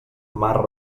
mar